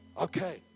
Okay